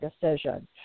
decision